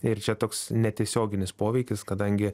ir čia toks netiesioginis poveikis kadangi